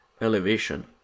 elevation